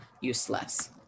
useless